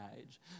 age